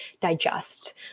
digest